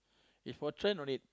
if for trend no need